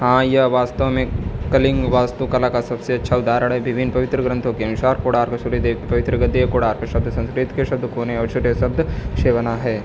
हाँ यह वास्तव में कलिंग वास्तुकला का सबसे अच्छा उदाहरण है विभिन्न पवित्र ग्रन्थों के अनुसार कोणार्क सूर्यदेव की पवित्र गद्दी है कोणार्क शब्द संस्कृत के शब्द कोने और सूर्य शब्द से बना है